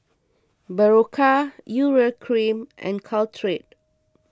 Berocca Urea Cream and Caltrate